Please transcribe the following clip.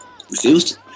refused